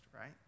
right